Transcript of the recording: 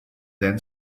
then